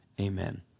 amen